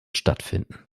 stattfinden